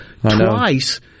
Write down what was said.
twice